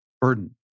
burden